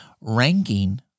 Ranking